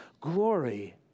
glory